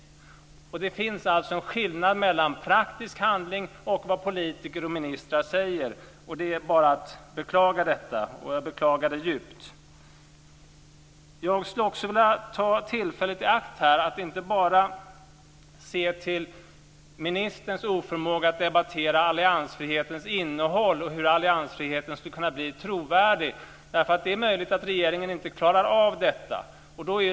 Det finns alltså en skillnad mellan praktisk handling och vad politiker och ministrar säger. Detta är bara att beklaga, och jag beklagar det djupt. Ministern visar här en oförmåga att debattera innehållet i alliansfriheten och hur denna ska kunna bli trovärdig. Det är möjligt att regeringen inte klarar av detta.